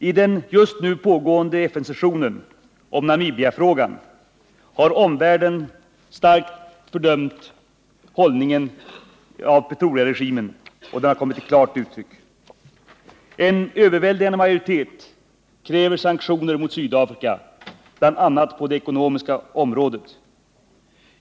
I den just nu pågående FN-sessionen om Namibiafrågan har omvärlden starkt fördömt Pretoriaregimens hållning, vilket har kommit till klart uttryck. En överväldigande majoritet kräver sanktioner mot Sydafrika, bl.a. på det ekonomiska området.